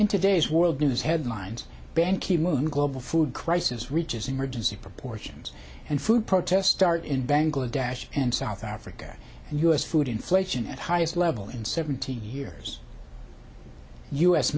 in today's world news headlines ban ki moon global food crisis reaches emergency proportions and food protest start in bangladesh and south africa and u s food inflation at highest level in seventeen years u